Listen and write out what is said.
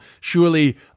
surely